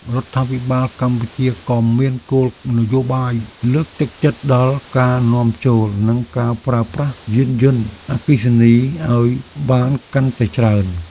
រដ្ឋាភិបាលកម្ពុជាក៏មានគោលនយោបាយលើកទឹកចិត្តដល់ការនាំចូលនិងការប្រើប្រាស់យានយន្តអគ្គិសនីឱ្យបានកាន់តែច្រើន។